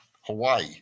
Hawaii